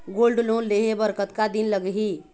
Gold loan लेहे बर कतका दिन लगही?